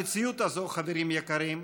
המציאות הזאת, חברים יקרים,